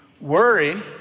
Worry